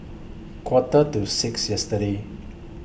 Quarter to six yesterday